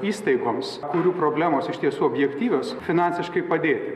įstaigoms kurių problemos išties objektyvios finansiškai padėti